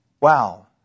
wow